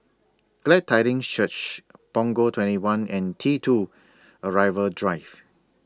Glad Tidings Church Punggol twenty one and T two Arrival Drive